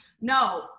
No